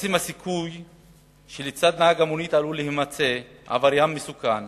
עצם האפשרות שלצד נהג מונית עלול להימצא עבריין מסוכן,